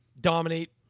dominate